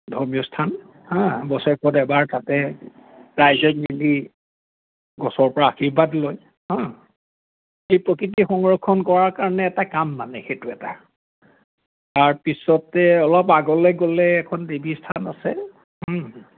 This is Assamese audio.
ধৰ্মীয় স্থান হা বছৰেকত এবাৰ তাতে ৰাইজে মিলি গছৰ পৰা আশীৰ্বাদ লয় হা সেই প্ৰকৃতিৰ সংৰক্ষণ কৰাৰ কাৰণে এটা কাম মানে সেইটো এটা তাৰপিছতে অলপ আগলে গ'লে এখন বেদী স্থান আছে